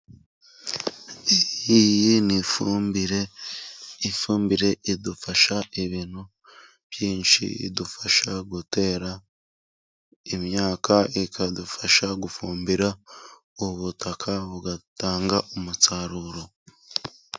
Iyi ni ifumbire . Ifumbire idufasha ibintu byinshi. Idufasha gutera imyaka . Ikadufasha gufumbira ubutaka, bugatanga umusaruro.